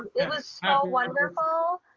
it was so wonderful.